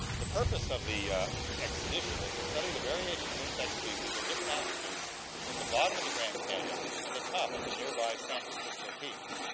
the purpose of the expedition was to study the variation of insect species at different altitudes between the bottom of the grand canyon and the top of the nearby san francisco peaks.